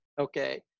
okay